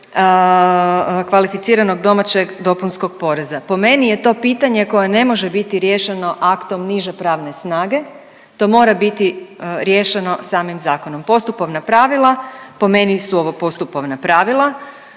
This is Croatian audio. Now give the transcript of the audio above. kvalificiranog domaćeg dopunskog poreza. Po meni je to pitanje koje ne može biti riješeno aktom niže pravne snage, to mora biti riješeno samim zakonom. Postupovna pravila, po meni su ovo postupovna pravila